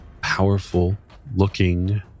powerful-looking